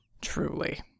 Truly